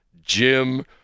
Jim